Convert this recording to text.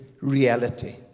reality